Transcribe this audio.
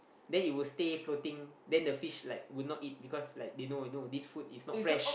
then it will stay floating then the fish like will not eat because like they know they know this food is not fresh